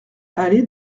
allée